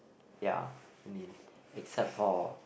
ya I mean except for